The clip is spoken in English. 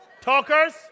Talkers